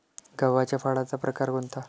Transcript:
गव्हाच्या फळाचा प्रकार कोणता?